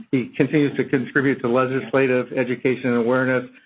he continues to contribute to legislative, education awareness.